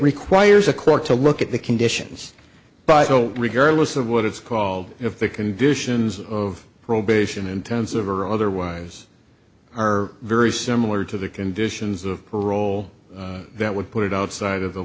requires a court to look at the conditions but no regardless of what it's called if the conditions of probation intensive or otherwise are very similar to the conditions of a role that would put it outside of the